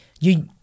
you-